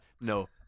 No